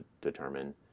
determine